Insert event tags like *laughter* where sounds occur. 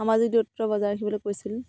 *unintelligible*